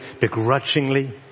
begrudgingly